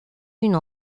une